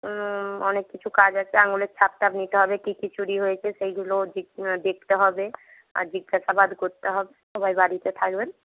অনেক কিছু কাজ আছে আঙুলের ছাপ টাপ নিতে হবে কী কী চুরি হয়েছে সেইগুলোর দেখতে হবে আর জিজ্ঞাসাবাদ করতে হবে সবাই বাড়িতে থাকবেন